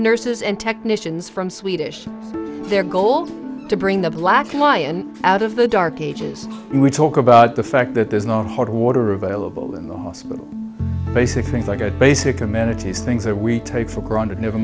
nurses and technicians from swedish their goal to bring the bill lack lion out of the dark ages when we talk about the fact that there's no hot water available in the most basic things like a basic amenities things that we take for granted never